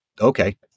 okay